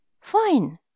Fine